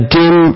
dim